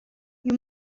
you